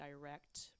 direct